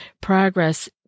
progress